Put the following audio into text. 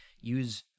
use